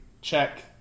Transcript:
check